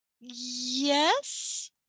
Yes